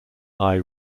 aye